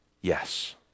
Yes